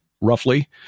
roughly